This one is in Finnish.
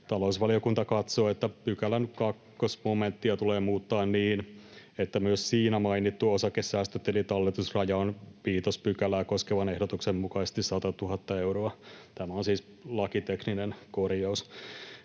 Talousvaliokunta katsoo, että pykälän kakkosmomenttia tulee muuttaa niin, että myös siinä mainittu osakesäästötilin talletusraja on 5 §:ää koskevan ehdotuksen mukaisesti 100 000 euroa. Tämä on siis lakitekninen korjaus.